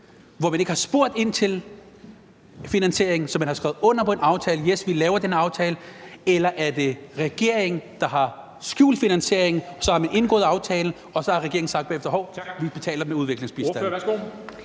hvor man ikke har spurgt ind til finansieringen, og så skrevet under på aftalen og sagt: Yes, vi laver den aftale? Eller er det regeringen, der har skjult finansieringen, og så har man indgået aftalen, og så har regeringen bagefter sagt, at vi betaler med udviklingsbistanden?